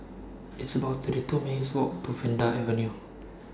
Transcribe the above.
It's about thirty two minutes' Walk to Vanda Avenue